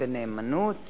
בנאמנות